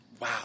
wow